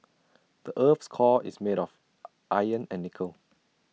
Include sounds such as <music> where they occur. the Earth's core is made of <noise> iron and nickel